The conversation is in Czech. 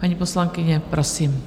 Paní poslankyně, prosím.